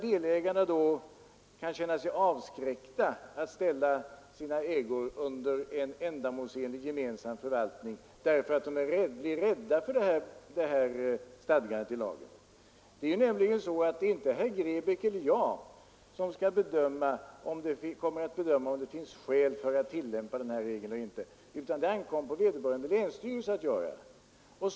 Delägarna kan känna sig avskräckta att ställa sina ägor under en ändamålsenlig gemensam förvaltning därför att de är rädda för det här stadgandet i lagen. Det är nämligen så att det inte blir herr Grebäck eller jag som kommer att bedöma om det finns skäl att tillämpa regeln eller inte, utan det ankommer på vederbörande länsstyrelse att göra det.